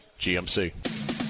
GMC